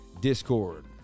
discord